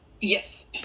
Yes